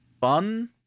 fun